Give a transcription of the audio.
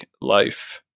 life